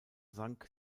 sank